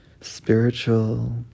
spiritual